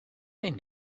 they